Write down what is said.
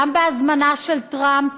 גם בהזמנה של טראמפ